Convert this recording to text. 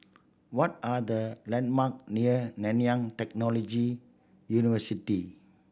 what are the landmarks near Nanyang Technology University